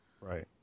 Right